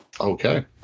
okay